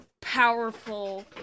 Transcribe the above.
powerful